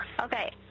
Okay